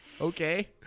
Okay